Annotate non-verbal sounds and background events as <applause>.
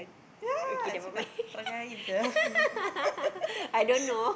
ya cakap perangai Ain sia <laughs>